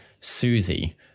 Susie